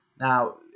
Now